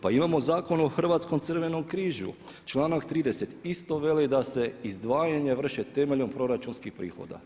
Pa imao Zakon o Hrvatskom crvenom križu članak 30. isto kaže da se izdvajanja vrše temeljem proračunskih prihoda.